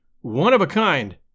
one-of-a-kind